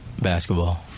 Basketball